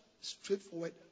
straightforward